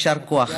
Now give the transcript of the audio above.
יישר כוח.